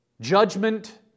judgment